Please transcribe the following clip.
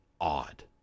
odd